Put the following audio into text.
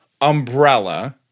umbrella